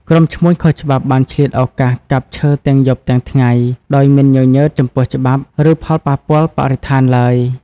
ក្រុមឈ្មួញខុសច្បាប់បានឆ្លៀតឱកាសកាប់ឈើទាំងយប់ទាំងថ្ងៃ ដោយមិនញញើតចំពោះច្បាប់ ឬផលប៉ះពាល់បរិស្ថានឡើយ។